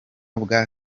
bwa